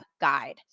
guide